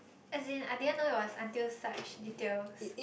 as in I didn't know it was until such details